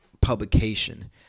publication